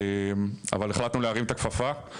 אבל החלטנו להרים את הכפפה,